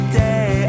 day